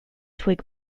twig